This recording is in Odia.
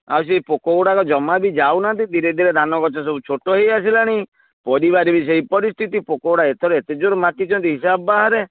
ଆଉ ସେଇ ପୋକଗୁଡ଼ାକ ଜମା ବି ଯାଉନାହାନ୍ତି ଧୀରେ ଧୀରେ ଧାନ ଗଛ ସବୁ ଛୋଟ ହେଇଆସିଲାଣି ପରିବାରେ ବି ସେଇ ପରିସ୍ଥିତି ପୋକଗୁଡ଼ାକ ଏଥର ଏତେ ଜୋରରେ ମାତିଛନ୍ତି ହିସାବ ବାହାରେ